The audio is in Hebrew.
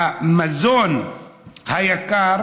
המזון היקר